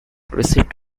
receipt